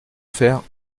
faire